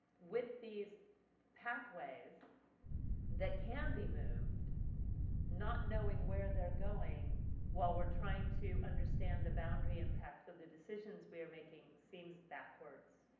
with these pathways that can be moved not knowing where they are going while we are trying to understand the boundary impact of the decisions we are making seems backwards.